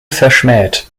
verschmäht